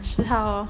十号 lor